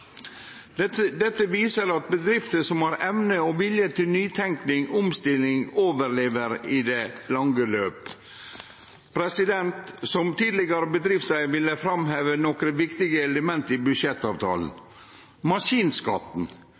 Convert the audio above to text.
Dette viser at bedrifter som har evne og vilje til nytenking og omstilling, overlever i det lange løp. Som tidlegare bedriftseigar vil eg framheve nokre viktige element i budsjettavtalen: Maskinskatten